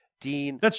Dean